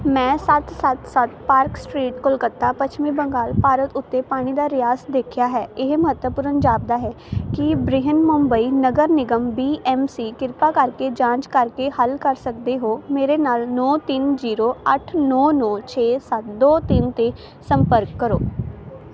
ਮੈਂ ਸੱਤ ਸੱਤ ਸੱਤ ਪਾਰਕ ਸਟ੍ਰੀਟ ਕਲਕੱਤਾ ਪੱਛਮੀ ਬੰਗਾਲ ਭਾਰਤ ਉੱਤੇ ਪਾਣੀ ਦਾ ਰਿਸਾਅ ਦੇਖਿਆ ਹੈ ਇਹ ਮਹੱਤਵਪੂਰਨ ਜਾਪਦਾ ਹੈ ਕੀ ਬ੍ਰਿਹਨਮੁੰਬਈ ਨਗਰ ਨਿਗਮ ਬੀ ਐੱਮ ਸੀ ਕਿਰਪਾ ਕਰਕੇ ਜਾਂਚ ਕਰ ਕੇ ਹੱਲ ਕਰ ਸਕਦੇ ਹੋ ਮੇਰੇ ਨਾਲ ਨੌਂ ਤਿੰਨ ਜੀਰੋ ਅੱਠ ਨੌਂ ਨੌਂ ਛੇ ਸੱਤ ਦੋ ਤਿੰਨ 'ਤੇ ਸੰਪਰਕ ਕਰੋ